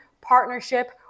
partnership